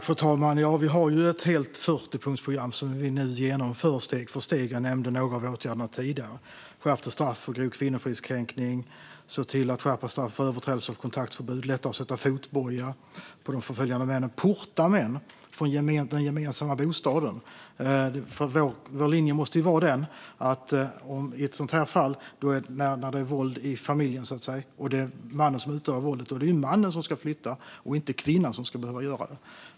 Fru talman! Vi har ett helt 40-punktsprogram som vi nu genomför steg för steg. Jag nämnde några av åtgärderna tidigare: skärpta straff för grov kvinnofridskränkning, skärpta straff för överträdelse av kontaktförbud, att det ska vara lättare att sätta fotboja på de förföljande männen och att porta mannen från den gemensamma bostaden. Vår linje måste vara den att i ett sådant här fall, när det är våld i familjen och det är mannen som utövar våldet, är det mannen som ska flytta och inte kvinnan som ska behöva göra det.